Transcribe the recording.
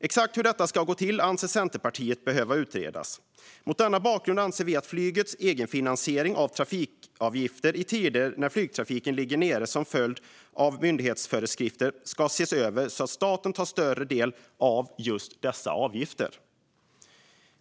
Exakt hur detta ska gå till anser Centerpartiet behöver utredas. Mot denna bakgrund anser vi att flygets egenfinansiering av trafikavgifter i tider när flygtrafiken ligger nere som följd av att myndighetsföreskrifter ska ses över så att staten tar en större del av dessa avgifter.